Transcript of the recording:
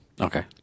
Okay